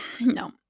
no